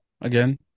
again